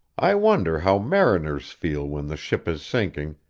i wonder how mariners feel when the ship is sinking,